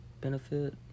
benefit